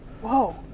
Whoa